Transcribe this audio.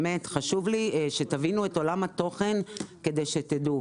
באמת, חשוב לי שתבינו את עולם התוכן כדי שתדעו.